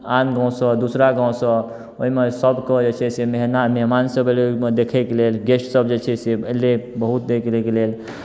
आन गाँवसँ दूसरा गाँवसँ ओहिमे सभके जे छै से मेहना मेहमानसभ अयलै ओहिमे देखयके लेल गेस्टसभ जे छै से अयलै बहुत लेल